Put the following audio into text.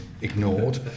ignored